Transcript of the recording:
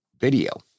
video